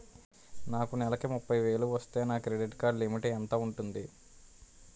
నాకు నెలకు ముప్పై వేలు వస్తే నా క్రెడిట్ కార్డ్ లిమిట్ ఎంత ఉంటాది?